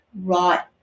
right